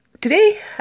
Today